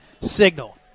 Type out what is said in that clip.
signal